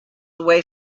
away